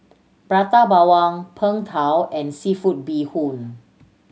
Prata Bawang Png Tao and seafood bee hoon